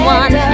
one